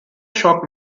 shocked